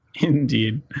indeed